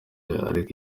ariko